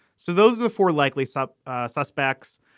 so those are the four likely sub suspects.